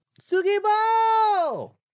Sugibo